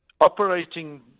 Operating